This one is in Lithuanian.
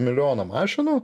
milijoną mašinų